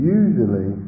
usually